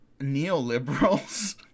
neoliberals